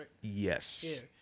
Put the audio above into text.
yes